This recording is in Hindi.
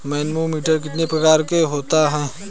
मैनोमीटर कितने प्रकार के होते हैं?